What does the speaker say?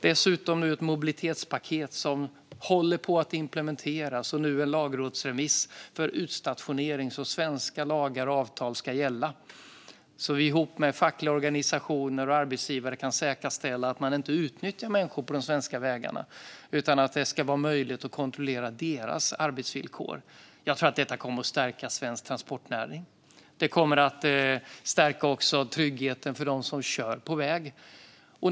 Dessutom håller nu ett mobilitetspaket på att implementeras, vi har en lagrådsremiss för utstationering och svenska lagar och avtal ska gälla så att vi ihop med fackliga organisationer och arbetsgivare kan säkerställa och kontrollera arbetsvillkor så att man inte utnyttjar människor på de svenska vägarna. Jag tror att detta kommer att stärka svensk transportnäring. Det kommer även att stärka tryggheten för dem som kör på väg.